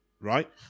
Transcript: right